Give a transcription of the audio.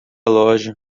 loja